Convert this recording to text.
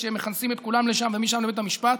כשהם מכנסים את כולם לשם ומשם לבית המשפט.